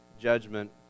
judgment